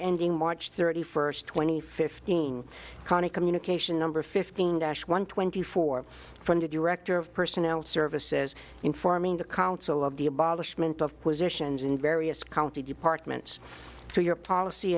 ending march thirty first twenty fifteen county communication number fifteen dash one twenty four from to director of personnel service says in forming the council of the abolishment of positions in various county departments through your policy